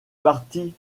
parti